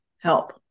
help